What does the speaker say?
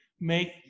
make